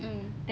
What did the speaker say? mm